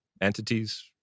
entities